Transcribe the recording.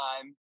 time